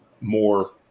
more